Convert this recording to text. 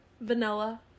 Vanilla